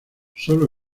solo